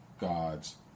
God's